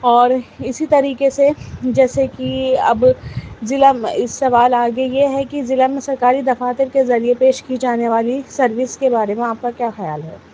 اور اسی طریقے سے جیسے کہ اب ضلع سوال آگے یہ ہے کہ ضلع میں سرکاری دفاتر کے ذریعے پیش کی جانے والی سروس کے بارے میں آپ کا کیا خیال ہے